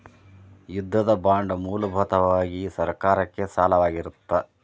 ಯುದ್ಧದ ಬಾಂಡ್ ಮೂಲಭೂತವಾಗಿ ಸರ್ಕಾರಕ್ಕೆ ಸಾಲವಾಗಿರತ್ತ